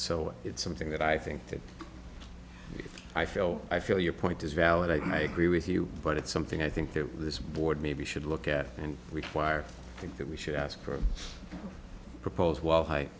so it's something that i think that i feel i feel your point is valid i agree with you but it's something i think that this board maybe should look at and require that we should ask for a proposed w